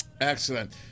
Excellent